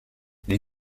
les